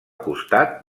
costat